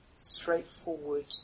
straightforward